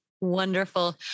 Wonderful